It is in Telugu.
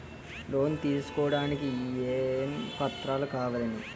లోన్ తీసుకోడానికి ఏమేం పత్రాలు కావలెను?